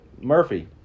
murphy